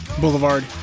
Boulevard